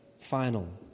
final